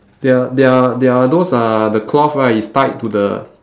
there are there are there are those uh the cloth right is tied to the